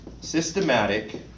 systematic